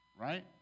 right